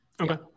okay